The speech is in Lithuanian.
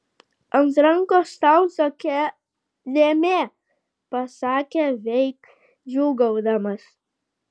ant rankos tau tokia dėmė pasakė veik džiūgaudamas